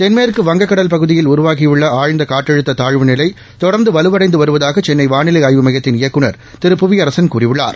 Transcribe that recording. தென்மேற்கு வங்கக்கடல் உருவாகியுள்ள ஆழ்ந்தகாற்றழுத்ததாழ்வுநிலை பகுதியில் தொடர்ந்துவலுவடைந்துவருவதாகசென்னைவானிலைஆய்வு மையத்தின் இயக்குநர் திரு புவியரசன் கூறியுள்ளார்